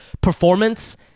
performance